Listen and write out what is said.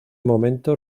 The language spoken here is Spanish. momento